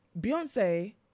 beyonce